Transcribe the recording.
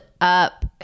up